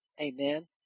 Amen